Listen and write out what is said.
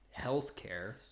healthcare